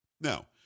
Now